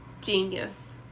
Genius